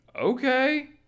okay